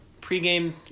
pregame